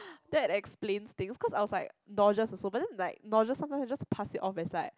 that explains things cause I was like nauseous also but then like nauseous sometimes it just pass it off as like